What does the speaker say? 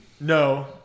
No